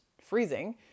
freezing